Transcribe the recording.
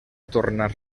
tornar